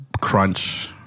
crunch